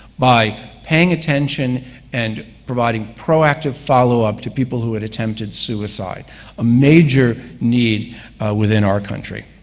by paying attention and providing proactive follow-up to people who had attempted suicide a major need within our country.